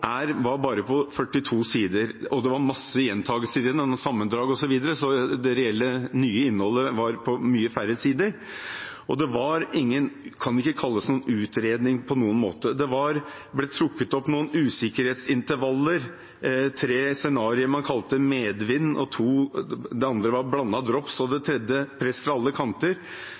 var på 42 sider, og det var masse gjentakelser i den, sammendrag osv., så det reelle nye innholdet var på mange færre sider, og det kan ikke kalles en utredning på noen måte. Det var blitt trukket opp noen usikkerhetsintervaller, tre scenarier, som man kalte «Medvind», det andre var «Blandet drops» og det tredje «Press fra alle kanter».